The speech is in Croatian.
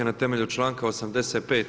Na temelju članka 85.